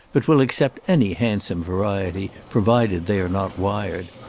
but will accept any handsome variety, provided they are not wired.